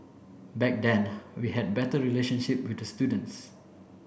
back then we had better relationship with the students